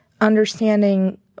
understanding